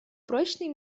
прочный